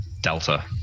Delta